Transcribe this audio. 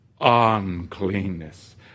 uncleanness